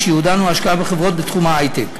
ושייעודן הוא השקעה בחברות בתחום ההיי-טק.